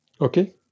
Okay